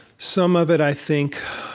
some of it, i think,